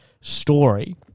story